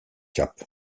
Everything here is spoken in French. cap